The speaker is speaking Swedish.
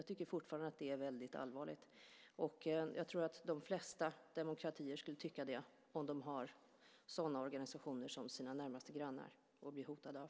Jag tycker fortfarande att det är väldigt allvarligt. Jag tror att de flesta demokratier skulle tycka det om de hade sådana organisationer som sina närmaste grannar som de blir hotade av.